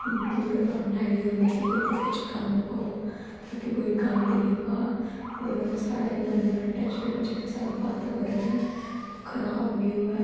कूड़ा दान लाए दै होंदे कि एहदे च गंद पाओ कियां कि कोई गंद नेईं पाए ओहदे कन्नै साढ़ा जेहड़ा इनवारनेमेंट ऐ जेहडा साढ़ा बातावरण ऐ खराब नेईं होऐ